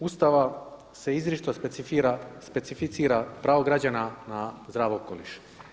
Ustava se izričito specificira pravo građana na zdrav okoliš.